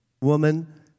Woman